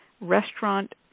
restaurant